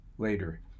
later